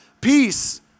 peace